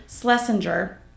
Schlesinger